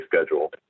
schedule